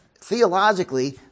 Theologically